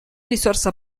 risorsa